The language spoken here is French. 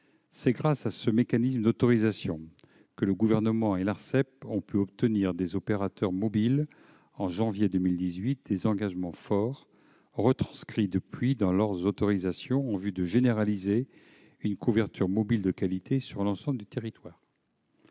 C'est grâce à ce mécanisme d'autorisation que le Gouvernement et l'Arcep ont pu obtenir des opérateurs mobiles, en janvier 2018, des engagements forts retranscrits depuis dans leurs autorisations en vue de généraliser une couverture mobile de qualité sur l'ensemble du territoire.